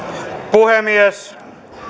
puhemies